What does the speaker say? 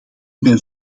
ben